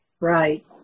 Right